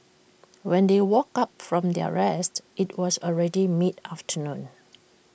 when they woke up from their rest IT was already mid afternoon